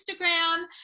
Instagram